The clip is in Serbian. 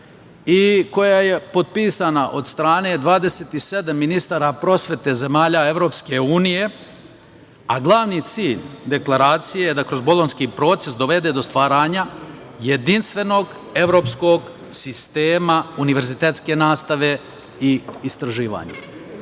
i koja je potpisana od strane 27 ministara prosvete zemalja EU, a glavni cilj Deklaracije je da kroz Bolonjski proces dovede do stvaranja jedinstvenog evropskog sistema univerzitetske nastave i istraživanja. To